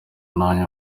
nanjye